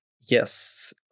Yes